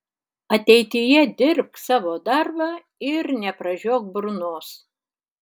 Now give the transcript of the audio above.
ateityje dirbk savo darbą ir nepražiok burnos